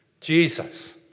Jesus